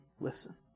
listen